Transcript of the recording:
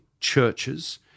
churches